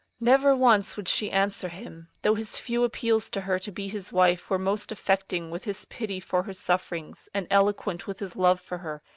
never once would she answer him, though his few appeals to her to be his wife were most affecting with his pity for her sufferings, and eloquent with his love for her,